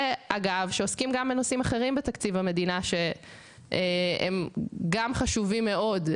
וגם בנושאים אחרים בתקציב המדינה שגם הם חשובים מאוד,